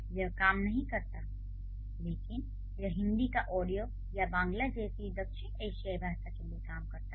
यह काम नहीं करता है लेकिन यह हिंदी या ओडिया या बांग्ला जैसी दक्षिण एशियाई भाषा के लिए काम कर सकता है